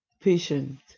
patient